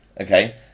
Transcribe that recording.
Okay